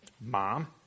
Mom